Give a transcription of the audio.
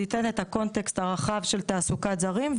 זה ייתן את הקונטקסט הרחב של תעסוקת זרים,